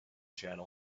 channel